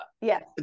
Yes